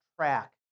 track